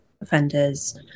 offenders